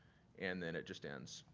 and then it just ends.